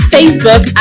Facebook